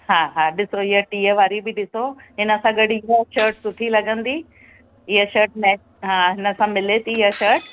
हा हा ॾिसो इह टीह वारी बि ॾिसो हिन सां गॾु इहा शर्ट सुठी लॻंदी इहा शर्ट मैच हिन सां मिले थी इहा शर्ट